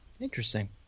Interesting